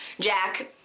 Jack